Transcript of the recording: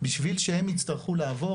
בשביל שהם יצטרכו לעבור,